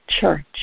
church